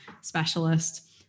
specialist